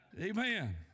amen